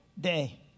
day